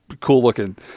cool-looking